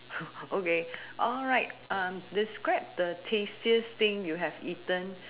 okay alright um describe the tastiest thing you have eaten